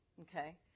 Okay